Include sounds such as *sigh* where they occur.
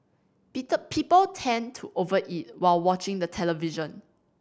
*unintelligible* people tend to over eat while watching the television